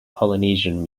polynesian